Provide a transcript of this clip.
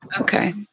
Okay